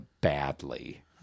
badly